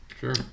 Sure